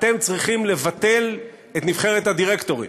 אתם צריכים לבטל את נבחרת הדירקטורים,